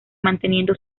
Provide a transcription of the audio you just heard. manteniendo